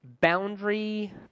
boundary